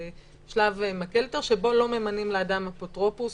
שלב שבו לא ממנים לאדם אפוטרופוס,